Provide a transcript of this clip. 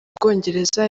bwongereza